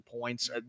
points